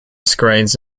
screens